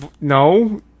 No